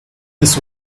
this